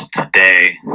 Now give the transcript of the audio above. today